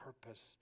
purpose